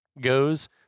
goes